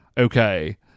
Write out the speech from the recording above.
Okay